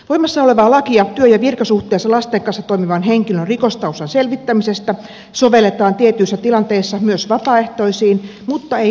voimassa olevaa lakia työ ja virkasuhteessa lasten kanssa toimivan henkilön rikostaustan selvittämisestä sovelletaan tietyissä tilanteissa myös vapaaehtoisiin mutta ei kattavasti